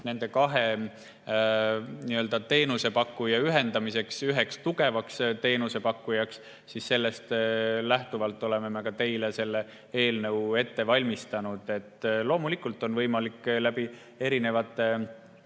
nende kahe teenusepakkuja ühendamiseks üheks tugevaks teenusepakkujaks, oleme meie sellest lähtuvalt teile selle eelnõu ette valmistanud. Loomulikult on võimalik erinevates